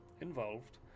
involved